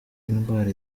indwara